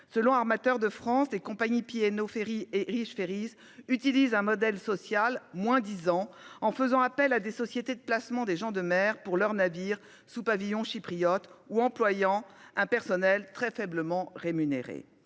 Selon Armateurs de France, les compagnies P&O Ferries et Irish Ferries utilisent un modèle social moins-disant, en faisant appel à des sociétés de placement de gens de mer pour leurs navires sous pavillon chypriote et en employant un personnel très faiblement rémunéré.